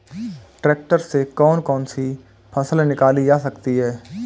Tractor से कौन कौनसी फसल निकाली जा सकती हैं?